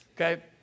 Okay